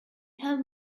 help